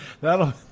That'll